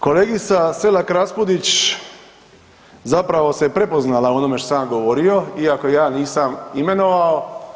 Kolegica Selak Raspudić zapravo se prepoznala u onome što sam ja govorio iako je ja nisam imenovao.